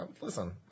Listen